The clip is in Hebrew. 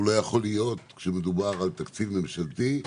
הוא לא יכול להיות כשמדובר על תקציב ממשלתי,